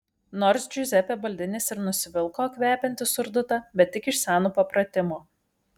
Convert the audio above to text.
nors džiuzepė baldinis ir nusivilko kvepiantį surdutą bet tik iš seno papratimo